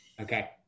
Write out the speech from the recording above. Okay